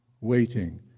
waiting